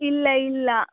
ಇಲ್ಲ ಇಲ್ಲ